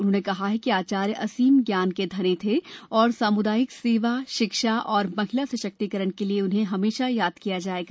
उन्होंने कहा कि आचार्य असीम ज्ञान के धनी थे और सामुदायिक सेवा शिक्षा और महिला सशक्तीकरण के लिए उन्हें हमेशा याद किया जाएगा